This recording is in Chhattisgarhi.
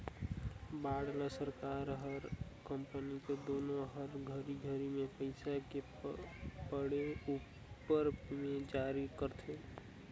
बांड ल सरकार हर अउ कंपनी हर दुनो हर घरी घरी मे पइसा के पड़े उपर मे जारी करथे